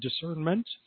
discernment